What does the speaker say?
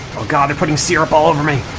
oh god they're putting syrup all over me